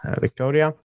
Victoria